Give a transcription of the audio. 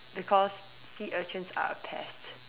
because sea urchins are a pest